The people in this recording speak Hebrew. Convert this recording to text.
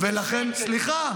ולכן, סליחה.